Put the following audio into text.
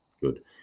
Good